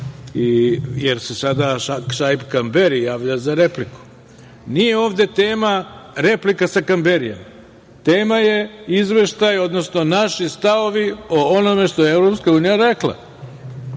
jer se sada Šaip Kamberi javlja za repliku. Nije ovde tema replika sa Kamberijem. Tema je izveštaj, odnosno naši stavovi o onome što je EU rekla.